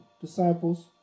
Disciples